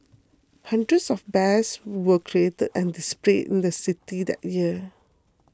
hundreds of bears were created and displayed in the city that year